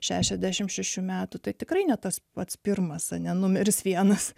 šešiasdešimt šešių metų tai tikrai ne tas pats pirmas ane numeris vienas